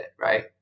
right